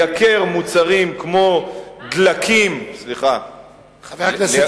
לייקר מוצרים כמו דלקים, מים.